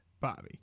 Bobby